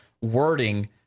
wording